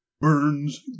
Burns